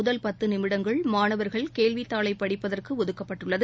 முதல் பத்துநிமிடங்கள் மாணவர்கள் கேள்விதாளைபடிப்பதற்குஒதுக்கப்பட்டுள்ளது